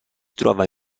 trova